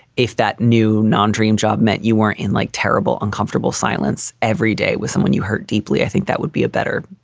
if that new non dream job meant you weren't in like terrible uncomfortable silence every day with someone you hurt deeply, i think that would be a better.